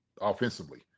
offensively